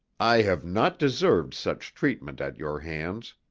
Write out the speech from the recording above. i have not deserved such treatment at your hands.